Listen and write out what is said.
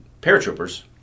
paratroopers